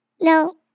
No